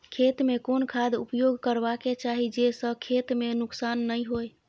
खेत में कोन खाद उपयोग करबा के चाही जे स खेत में नुकसान नैय होय?